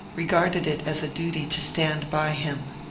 regarded it as a duty to stand by him.